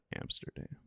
Amsterdam